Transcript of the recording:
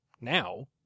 now